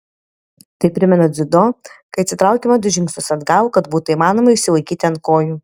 tai primena dziudo kai atsitraukiama du žingsnius atgal kad būtų įmanoma išsilaikyti ant kojų